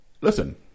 Listen